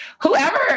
whoever